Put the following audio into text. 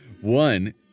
One